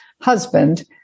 husband